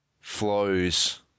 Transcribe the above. flows